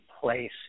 place